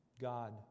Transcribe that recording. God